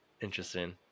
Interesting